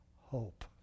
hope